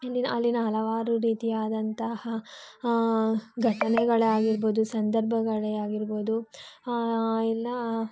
ಇಲ್ಲಿನ ಅಲ್ಲಿನ ಹಲವಾರು ರೀತಿಯಾದಂತಹ ಘಟನೆಗಳಾಗಿರ್ಬೋದು ಸಂದರ್ಭಗಳೇ ಆಗಿರ್ಬೋದು ಇಲ್ಲ